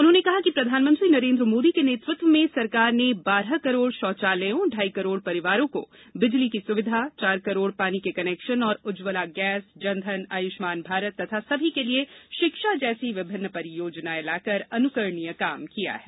उन्होंने कहा कि प्रधानमंत्री नरेंद्र मोदी के नेतृत्व में सरकार ने बारह करोड़ शौचालयों ढाई करोड़ परिवारों को बिजली की सुविधा चार करोड़ पानी के कनेक्शन और उज्ज्वला गैस जनधन आयुष्मान भारत तथा सभी के लिए शिक्षा जैसी विभिन्न परियोजनाएं लाकर अनुकरणीय काम किया है